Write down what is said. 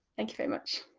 thank you very much.